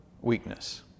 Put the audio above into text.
weakness